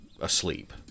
asleep